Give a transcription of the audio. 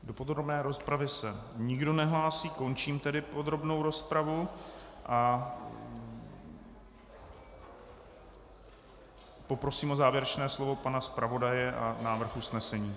Do podrobné rozpravy se nikdo nehlásí, končím tedy podrobnou rozpravu a poprosím o závěrečné slovo pana zpravodaje a o návrh usnesení.